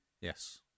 Yes